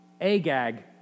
Agag